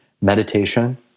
meditation